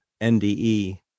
NDE